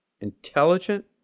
intelligent